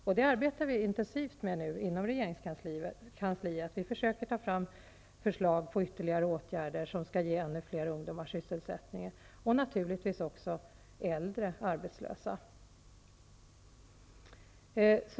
Vi arbetar intensivt med detta i regeringskansliet och försöker ta fram förslag till ytterligare åtgärder, som skall kunna ge ännu fler ungdomar sysselsättning. Förslagen omfattar naturligtvis även äldre arbetslösa.